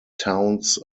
towns